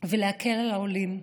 ולהקל על העולים,